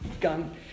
gun